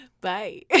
Bye